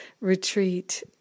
Retreat